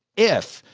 if